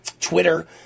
Twitter